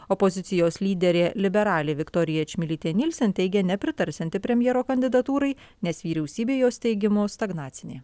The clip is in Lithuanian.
opozicijos lyderė liberalė viktorija čmilytė nielsen teigia nepritarsianti premjero kandidatūrai nes vyriausybė jos teigimu stagnacinė